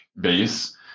base